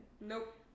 Nope